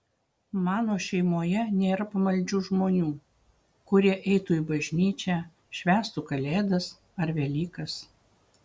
mano šeimoje nėra pamaldžių žmonių kurie eitų į bažnyčią švęstų kalėdas ar velykas